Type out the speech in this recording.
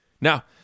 Now